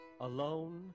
Alone